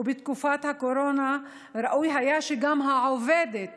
ובתקופת הקורונה ראוי היה שגם העובדת